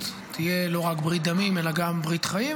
תהיה לא רק ברית דמים אלא גם ברית חיים.